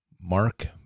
Mark